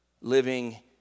living